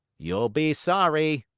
you'll be sorry!